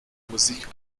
musik